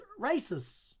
racists